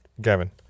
Gavin